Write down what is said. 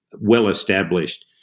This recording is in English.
well-established